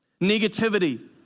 negativity